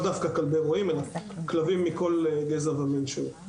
דווקא כלבי רועים אלא כלבים מכל גזע ומין שהוא.